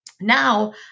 now